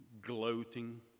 gloating